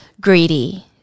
Greedy